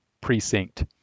precinct